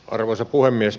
arvoisa puhemies